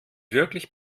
wirklich